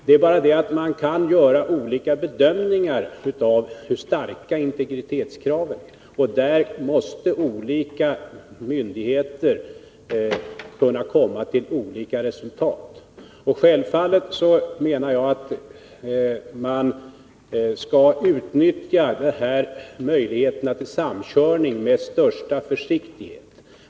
Det är bara det att man kan göra olika bedömningar av hur starka integritetskraven är, och där måste olika myndigheter kunna komma till olika resultat. Självfallet menar jag att man skall utnyttja möjligheterna till samkörning med största försiktighet.